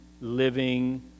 living